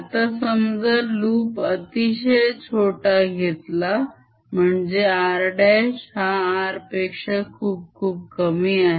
आता समजा loop अतिशय छोटा घेतला म्हणजे r' हा r पेक्षा खूप खूप कमी आहे